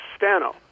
Stano